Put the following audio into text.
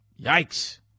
yikes